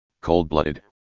cold-blooded